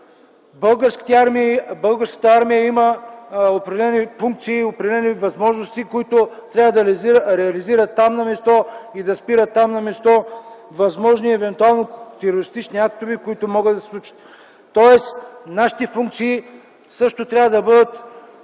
Българската армия има определени функции и възможности, които трябва да реализира на място и там да спира възможни евентуални терористични актове, които могат да се случат. Тоест нашите функции също трябва да бъдат